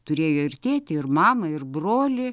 turėjo ir tėtį ir mamą ir brolį